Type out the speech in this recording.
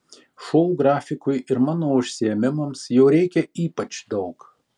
šou grafikui ir mano užsiėmimams jo reikia ypač daug